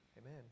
amen